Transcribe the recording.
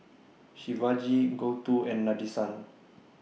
Shivaji Gouthu and Nadesan